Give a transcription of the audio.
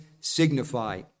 signify